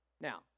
Now